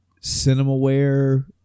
Cinemaware